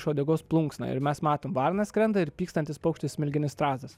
iš uodegos plunksną ir mes matom varna skrenda ir pykstantis paukštis smilginis strazdas